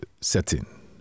setting